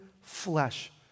flesh